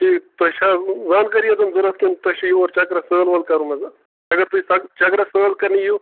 ٹھیٖک تۄہہِ چھا زانکٲری یٲژ ضوٚرَتھ کِنہٕ تۄہہِ چھُو یور چکرَس سٲل وٲل کَرُن حظ اَگر تُہۍ چکرَس سٲل کَرنہِ یِیُو